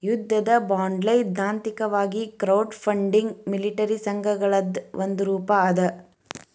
ಯುದ್ಧದ ಬಾಂಡ್ಸೈದ್ಧಾಂತಿಕವಾಗಿ crowdfunding military ಸಂಘರ್ಷಗಳದ್ ಒಂದ ರೂಪಾ ಅದ